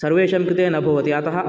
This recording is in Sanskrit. सर्वेषां कृते न भवति अतः